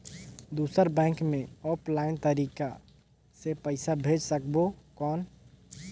दुसर बैंक मे ऑफलाइन तरीका से पइसा भेज सकबो कौन?